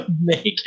make